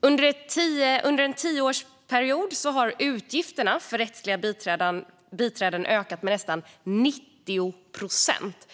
Under en tioårsperiod har utgifterna för rättsliga biträden ökat med nästan 90 procent.